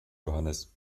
johannes